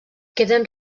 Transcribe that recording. queden